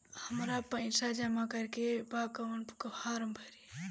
हमरा पइसा जमा करेके बा कवन फारम भरी?